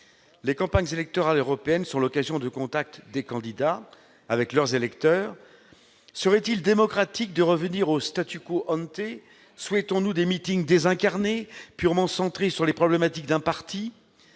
Les campagnes électorales européennes sont l'occasion de contacts des candidats avec leurs électeurs. Serait-il démocratique de revenir au ? Souhaitons-nous des meetings désincarnés, purement centrés sur les problématiques d'un parti ?